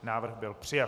Návrh byl přijat.